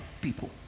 people